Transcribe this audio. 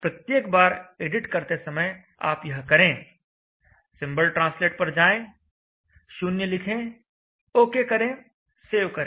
प्रत्येक बार एडिट करते समय आप यह करें सिंबल ट्रांसलेट पर जाएं 0 लिखें OK करें सेव करें